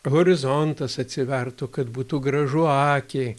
horizontas atsivertų kad būtų gražu akiai